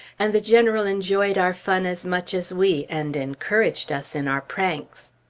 and the general enjoyed our fun as much as we, and encouraged us in our pranks.